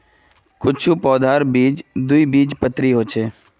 कुछू पौधार बीज द्विबीजपत्री ह छेक